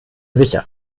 sicher